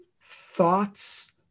thoughts